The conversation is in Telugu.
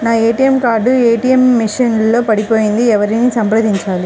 నా ఏ.టీ.ఎం కార్డు ఏ.టీ.ఎం మెషిన్ లో పడిపోయింది ఎవరిని సంప్రదించాలి?